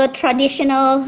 traditional